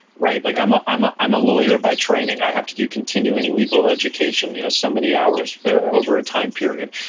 right. like, i'm a i'm a i'm a lawyer. by training, i have to do continuing legal education. you know, somebody hours over a time period.